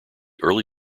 early